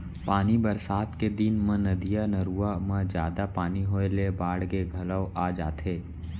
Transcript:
पानी बरसात के दिन म नदिया, नरूवा म जादा पानी होए ले बाड़गे घलौ आ जाथे